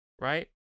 right